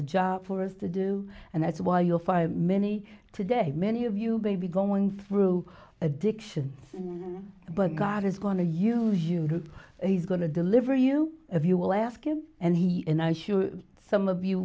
a job for us to do and that's why you'll find many today many of you may be going through addiction but god is going to use you and he's going to deliver you if you will ask him and he and i'm sure some of you